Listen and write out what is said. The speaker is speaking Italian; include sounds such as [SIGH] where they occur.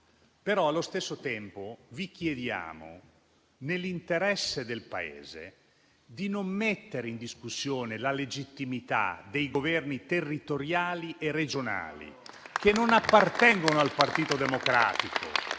allo stesso tempo vi chiediamo, nell'interesse del Paese, di non mettere in discussione la legittimità dei governi territoriali e regionali, [APPLAUSE] che non appartengono al Partito Democratico,